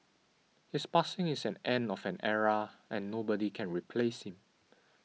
his passing is an end of an era and nobody can replace him